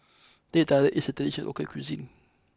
Teh Tarik is a traditional local cuisine